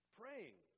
praying